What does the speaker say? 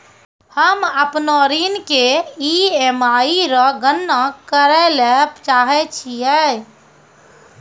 हम्म अपनो ऋण के ई.एम.आई रो गणना करैलै चाहै छियै